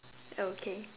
okay